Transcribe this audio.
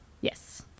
Yes